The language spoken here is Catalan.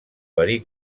verí